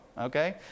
okay